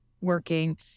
working